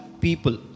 people